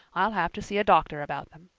i'll have to see a doctor about them.